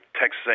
Texas